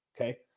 okay